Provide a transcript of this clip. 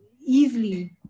easily